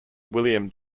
william